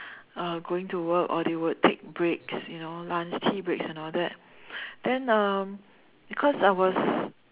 uh going to work or they will take breaks you know lunch tea break and all that then um because I was